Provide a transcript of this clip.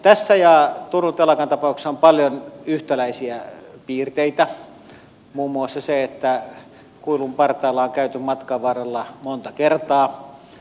tässä ja turun telakan tapauksessa on paljon yhtäläisiä piirteitä muun muassa se että kuilun partaalla on käyty matkan varrella monta kertaa